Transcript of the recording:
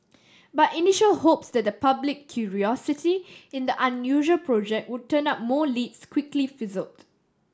but initial hopes that public curiosity in the unusual project would turn up more leads quickly fizzled